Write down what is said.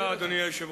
ועדת החינוך.